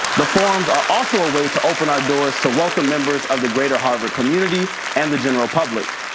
the forums are also a way to open our doors to welcome members of the greater harvard community and the general public,